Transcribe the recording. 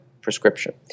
prescription